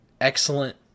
excellent